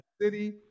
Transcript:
city